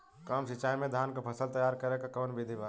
कम सिचाई में धान के फसल तैयार करे क कवन बिधि बा?